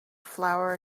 flour